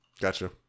Gotcha